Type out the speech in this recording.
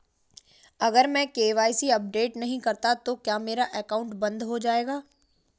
अगर मैं KYC update नहीं करता तो क्या मेरा अकाउंट बंद हो जाएगा?